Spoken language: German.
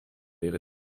ihre